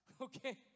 okay